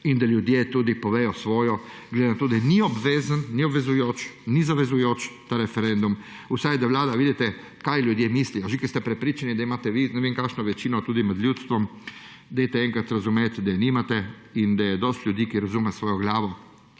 in da ljudje tudi povejo svoje, glede na to, da ni obvezen, ni obvezujoč, ni zavezujoč ta referendum, vsaj da Vlada vidite, kaj ljudje mislijo, že ko ste prepričani, da imate vi ne vem kakšno večino tudi med ljudstvom, dajte enkrat razumet, da je nimate in da je dosti ljudi, ki razume s svojo glavo,